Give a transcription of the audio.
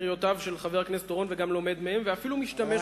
אני נהנה מקריאותיו של חבר הכנסת אורון וגם לומד מהן ואפילו משתמש בהן,